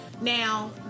Now